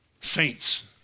Saints